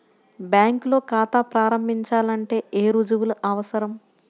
బ్యాంకులో ఖాతా ప్రారంభించాలంటే ఏ రుజువులు అవసరం?